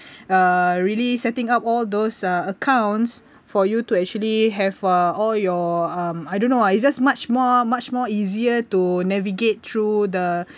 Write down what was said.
uh really setting up all those uh accounts for you to actually have uh all your um I don't know ah it's just much more much more easier to navigate through the